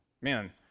man